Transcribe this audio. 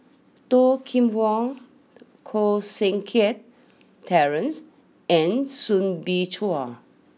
Toh Kim Hwa Koh Seng Kiat Terence and Soo Bin Chua